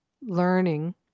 learning